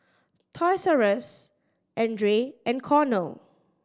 Toys R Us Andre and Cornell